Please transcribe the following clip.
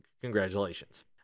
congratulations